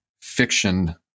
fiction